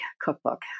cookbook